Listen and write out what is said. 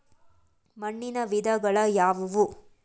ಮಣ್ಣಿನ ವಿಧಗಳು ಯಾವುವು?